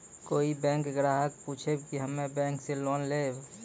कोई बैंक ग्राहक पुछेब की हम्मे बैंक से लोन लेबऽ?